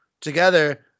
together